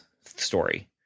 story